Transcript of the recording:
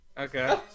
Okay